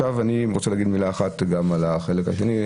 רוצה להגיד מילה אחת גם על החלק השני,